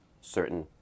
certain